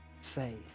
faith